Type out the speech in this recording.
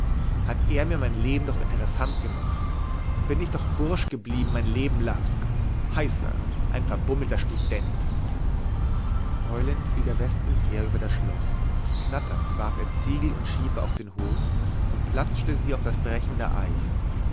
hat er mir mein leben doch interessant gemacht bin ich doch bursch geblieben mein leben lang heißa ein verbummelter student heulend fiel der westwind her über das schloß knatternd warf er ziegel und schiefer auf den hof und platschte sie auf das brechende eis